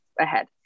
ahead